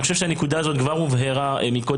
אני חושב שהנקודה הזאת כבר הובהרה קודם,